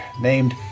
named